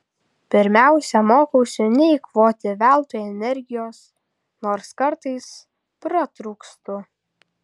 pirmiausia mokausi neeikvoti veltui energijos nors kartais pratrūkstu